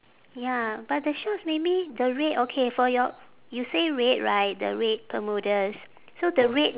ya but the shorts maybe the red okay for your you say red right the red bermudas so the red